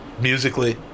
musically